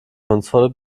kunstvolle